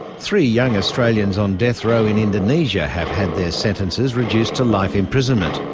three young australians on death row in indonesia have had their sentences reduced to life imprisonment.